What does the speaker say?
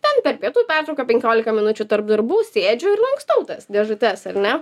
ten per pietų pertrauką penkiolika minučių tarp darbų sėdžiu ir lankstau tas dėžutes ar ne